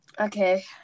Okay